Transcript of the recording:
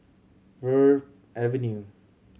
Verde Avenue